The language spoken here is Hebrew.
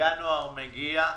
ינואר מגיע.